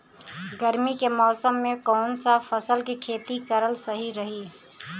गर्मी के मौषम मे कौन सा फसल के खेती करल सही रही?